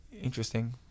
interesting